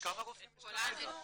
את כולנו.